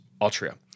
Altria